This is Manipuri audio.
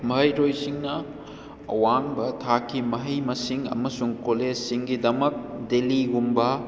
ꯃꯍꯩꯔꯣꯏꯁꯤꯡꯅ ꯑꯋꯥꯡꯕ ꯊꯥꯛꯀꯤ ꯃꯍꯩ ꯃꯁꯤꯡ ꯑꯃꯁꯨꯡ ꯀꯣꯂꯦꯖ ꯁꯤꯡꯒꯤꯗꯃꯛ ꯗꯦꯜꯂꯤꯒꯨꯝꯕ